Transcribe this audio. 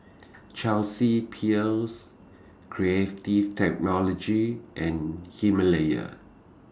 Chelsea Peers Creative Technology and Himalaya